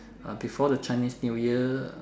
uh before the Chinese New Year